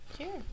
Sure